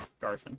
Garfin